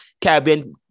Caribbean